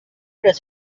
does